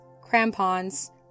crampons